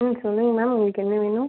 ம் சொல்லுங்கள் மேம் உங்களுக்கு என்ன வேணும்